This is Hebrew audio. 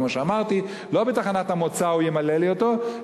כמו שאמרתי: לא בתחנת המוצא הוא ימלא לי אותו,